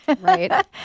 right